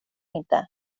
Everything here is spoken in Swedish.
inte